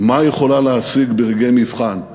מה היא יכולה להשיג ברגעי מבחן.